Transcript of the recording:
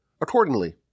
accordingly